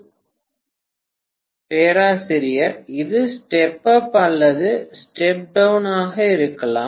மாணவர் 642 பேராசிரியர் இது ஸ்டெப் அப் அல்லது ஸ்டெப் டவுன் ஆக இருக்கலாம்